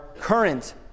current